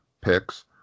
picks